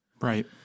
Right